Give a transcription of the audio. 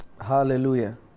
Hallelujah